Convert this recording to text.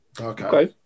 Okay